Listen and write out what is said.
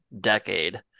decade